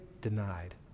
denied